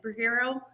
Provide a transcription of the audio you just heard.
superhero